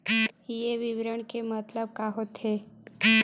ये विवरण के मतलब का होथे?